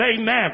amen